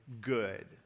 good